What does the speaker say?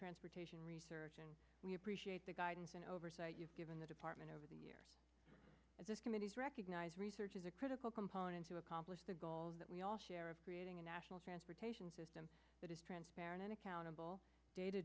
transportation research and we appreciate the guidance and oversight you've given the department over the year this committee's recognize research is a critical component to accomplish the goals that we all share of national transportation system that is transparent and accountable data